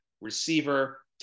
receiver